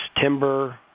timber